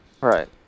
right